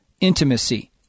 Intimacy